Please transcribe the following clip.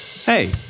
Hey